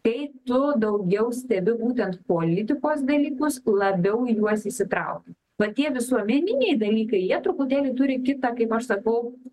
kai tu daugiau stebi būtent politikos dalykus labiau į juos įsitrauki va tie visuomeniniai dalykai jie truputėlį turi kitą kaip aš sakau